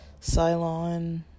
cylon